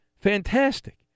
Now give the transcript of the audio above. fantastic